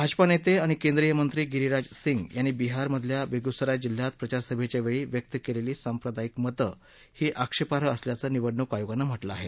भाजपा नेते आणि केंद्रीय मंत्री गिरीराज सिंग यांनी बिहार मधल्या बेगुसराय जिल्ह्यात प्रचार सभेच्या वेळी व्यक्त केलेली सांप्रदायिक मतं ही आक्षेपार्ह असल्याचं निवडणूक आयोगानं म्हटलं आहे